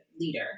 leader